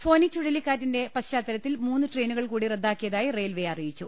ഫോനി ചുഴലിക്കാറ്റിന്റെ പശ്ചാത്തലത്തിൽ മൂന്ന് ട്രെയിനു കൾ കൂടി റദ്ദാക്കിയതായി റെയിൽവെ അറിയിച്ചു